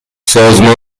سازمان